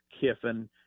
Kiffin